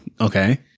Okay